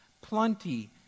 plenty